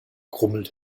grummelt